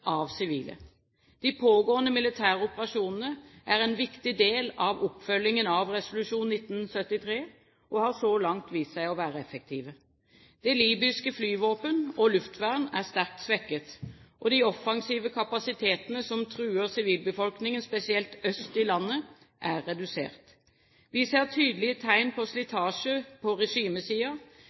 av sivile. De pågående militære operasjonene er en viktig del av oppfølgingen av resolusjon 1973, og har så langt vist seg å være effektive. Det libyske flyvåpen og luftvern er sterkt svekket, og de offensive kapasitetene som truer sivilbefolkningen, spesielt øst i landet, er redusert. Vi ser tydelige tegn på slitasje på